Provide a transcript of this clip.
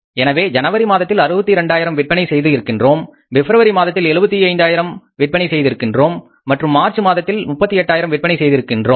எனவே ஜனவரி மாதத்தில் 62000 விற்பனை செய்து இருக்கின்றோம் பிப்ரவரி மாதத்தில் 75 ஆயிரம் விற்பனை செய்திருக்கின்றோம் மற்றும் மார்ச் மாதத்தில் 38000 விற்பனை செய்திருக்கின்றோம்